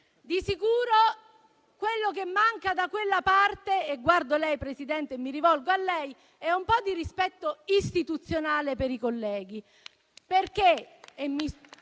Di sicuro quello che manca da quella parte - guardo lei, signor Presidente, e mi rivolgo a lei - è un po' di rispetto istituzionale per i colleghi.